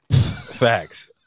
facts